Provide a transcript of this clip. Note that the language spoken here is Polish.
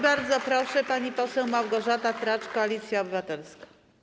Bardzo proszę, pani poseł Małgorzata Tracz, Koalicja Obywatelska.